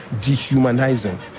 dehumanizing